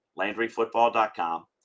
LandryFootball.com